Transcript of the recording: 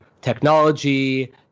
technology